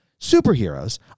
Superheroes